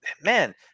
man